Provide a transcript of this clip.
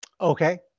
Okay